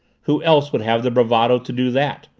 who else would have the bravado to do that?